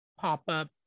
pop-up